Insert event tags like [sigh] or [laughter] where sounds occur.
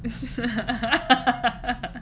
[laughs]